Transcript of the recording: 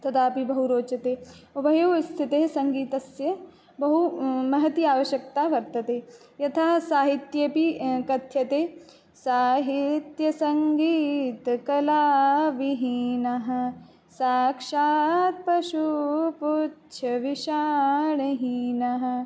तदापि बहुरोचते उभयोः स्थितौ सङ्गीतस्य बहु महती अवश्यकता वर्तते यतः साहित्येपि कथ्यते साहित्यसङ्गीतकलाविहीनः साक्षात् पशुः पुच्छविषाणहीनः